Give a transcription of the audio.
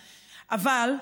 אבל,